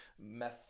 Method